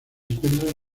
encuentran